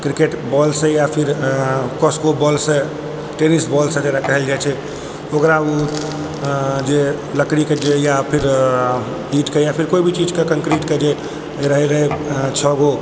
cricket ball सँ या Cosco ball स टेनिस बाल जेकरा कहल जाइ छै ओकरामे लकड़ीके या जे फेर ईट के या कंक्रीटके जे भी कोई चीजके रहै रहै छओ गो